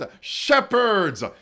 shepherds